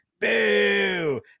boo